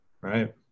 Right